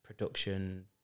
Production